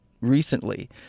recently